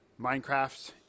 Minecraft